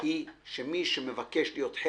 יש לנו אורח